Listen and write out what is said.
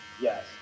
Yes